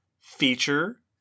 feature